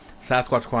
Sasquatch